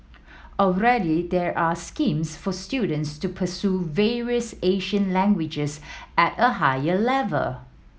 already there are schemes for students to pursue various Asian languages at a higher level